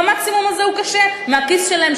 והמקסימום הזה הוא קשה לכיס שלהם,